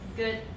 good